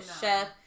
chef